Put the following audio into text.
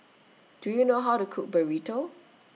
Do YOU know How to Cook Burrito